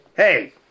Hey